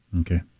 Okay